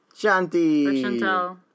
Shanti